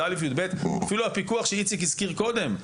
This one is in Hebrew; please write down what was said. שאפילו הפיקוח אותו איציק הציג קודם,